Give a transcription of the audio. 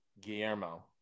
guillermo